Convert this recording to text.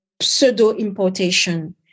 pseudo-importation